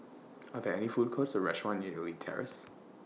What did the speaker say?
Are There any Food Courts Or restaurants near Elite Terrace